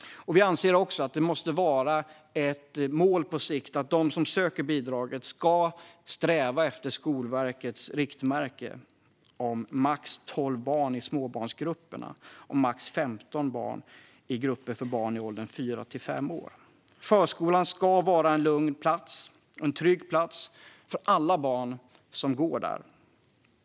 Vi anser också att det måste vara ett mål på sikt att de som söker bidraget ska sträva efter Skolverkets riktmärke om max 12 barn i småbarnsgrupper och max 15 barn i grupper för barn i ålder fyra till fem år. Förskolan ska vara en lugn och trygg plats för alla barn som går där.